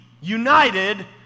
United